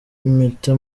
impeta